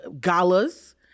galas